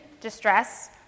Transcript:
distress